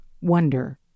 wonder